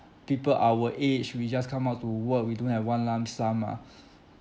people our age we just come out to work we don't have one lump sum ah